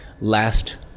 last